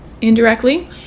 indirectly